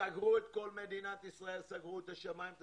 סגרו את כול מדינת ישראל, סגרו את השמיים.